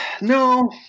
No